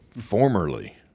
Formerly